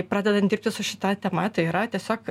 pradedant dirbti su šita tema tai yra tiesiog